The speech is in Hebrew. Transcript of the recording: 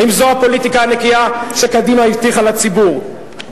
האם זו הפוליטיקה הנקייה שקדימה הבטיחה לציבור?